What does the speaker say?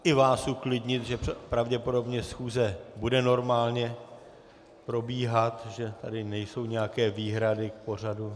I vás uklidnit, že pravděpodobně schůze bude normálně probíhat, že tady nejsou nějaké výhrady k pořadu.